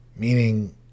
Meaning